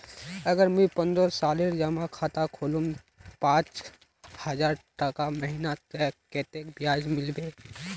अगर मुई पन्द्रोह सालेर जमा खाता खोलूम पाँच हजारटका महीना ते कतेक ब्याज मिलबे?